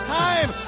time